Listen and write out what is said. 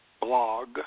Blog